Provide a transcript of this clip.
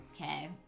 Okay